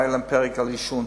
היה להם פרק על עישון,